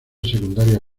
secundaria